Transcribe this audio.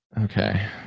Okay